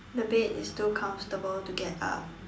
the bed is too comfortable to get up